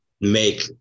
make